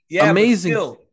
amazing